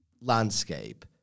landscape